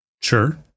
Sure